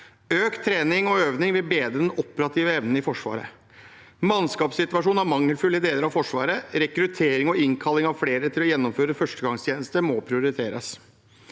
Økt trening og øving vil bedre den operative evnen i Forsvaret. Mannskapssituasjonen er mangelfull i deler av Forsvaret, og rekruttering og innkalling av flere til å gjennomføre førstegangstjeneste må prioriteres.